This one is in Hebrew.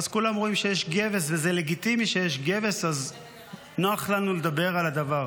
ואז כולם רואים שיש גבס וזה לגיטימי שיש גבס ונוח לנו לדבר על הדבר.